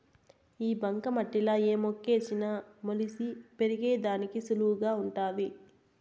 ఈ బంక మట్టిలా ఏ మొక్కేసిన మొలిసి పెరిగేదానికి సులువుగా వుంటాది